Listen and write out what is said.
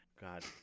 God